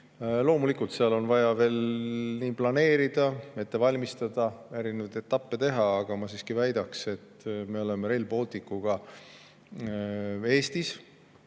Loomulikult, seal on vaja veel planeerida, ette valmistada, erinevaid etappe läbi teha, aga ma siiski väidan, et me oleme Rail Balticuga Eestis